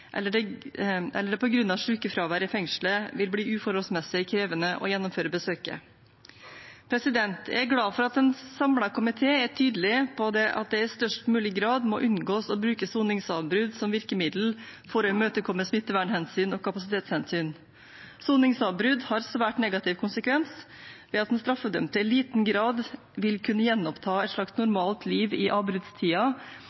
eller helsefare, eller det på grunn av sykefravær i fengselet vil bli uforholdsmessig krevende å gjennomføre besøket. Jeg er glad for at en samlet komité er tydelig på at det i størst mulig grad må unngås å bruke soningsavbrudd som virkemiddel for å imøtekomme smittevernhensyn og kapasitetshensyn. Soningsavbrudd har svært negativ konsekvens ved at den straffedømte i liten grad vil kunne gjenoppta et slags